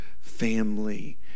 family